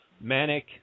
Manic